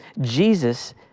Jesus